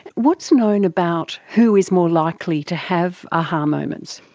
what's known about who is more likely to have a-ha um moments?